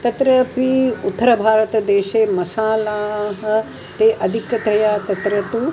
तत्रापि उत्तरभारतदेशे मसालाः ते अधिकतया तत्र तु